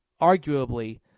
arguably